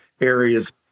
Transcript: areas